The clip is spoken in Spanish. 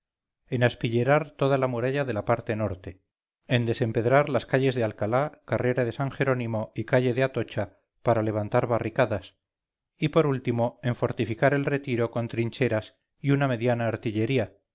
en aspillerar toda la muralla de la parte norte en desempedrar las calles de alcalá carrera de san jerónimo y calle de atocha para levantar barricadas y por último en fortificar el retiro con trincheras y una mediana artillería